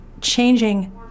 changing